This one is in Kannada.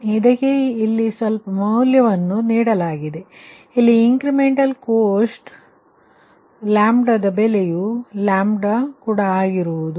ಇಲ್ಲಿ ಇದಕ್ಕೆ ಸ್ವಲ್ಪ ಮೌಲ್ಯವನ್ನು ನೀಡಲಾಗಿದೆ ಎಂದು ಭಾವಿಸೋಣ ಇಲ್ಲಿ ಇಂಕ್ರಿಮೆಂಟಲ್ ಕಾಸ್ಟ್ λ ದ ಬೆಲೆಯು λ1 ಆಗಿರುವುದು